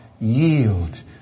Yield